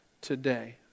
today